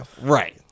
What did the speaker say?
Right